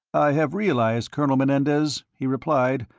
have realized, colonel menendez, he replied,